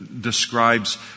describes